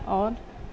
اور